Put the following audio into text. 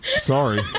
sorry